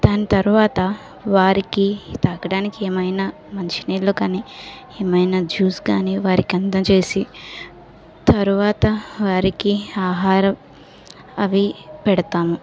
దాని తర్వాత వారికి తగ్గడానికి ఏమైనా మంచినీళ్ళు కానీ ఏమైనా జ్యూస్ కానీ వారికి అందజేసి తరువాత వారికి ఆహారం అవి పెడతాము